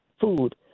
food